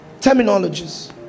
terminologies